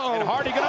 and hardy going